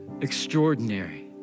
extraordinary